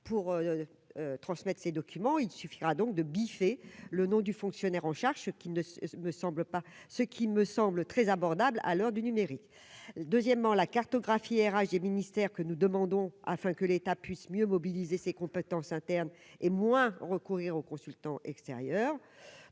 pour transmettre ces documents, il suffira donc de biffer le nom du fonctionnaire en charge qui ne me semble pas ce qui me semble très abordable à l'heure du numérique, deuxièmement la cartographie RH des ministères que nous demandons, afin que l'État puisse mieux mobiliser ses compétences internes et moins recourir aux consultants extérieur,